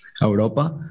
Europa